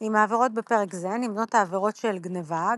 עם העבירות בפרק זה נמנות העבירות של גנבה,